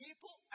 People